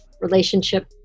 relationship